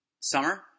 summer